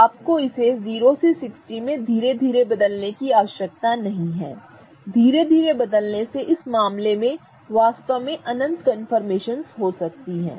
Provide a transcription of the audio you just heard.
आपको इसे 0 से 60 में धीरे धीरे बदलने की आवश्यकता नहीं है धीरे धीरे बदलने से इस मामले में वास्तव में अनंत कन्फर्मेशनस हो सकती है